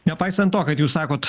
nepaisant to kad jūs sakot